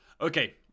Okay